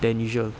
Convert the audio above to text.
than usual